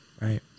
Right